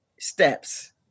steps